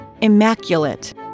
immaculate